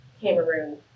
Cameroon